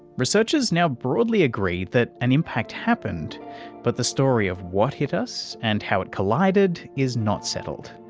researchers now broadly agree that an impact happened but the story of what hit us and how it collided is not settled.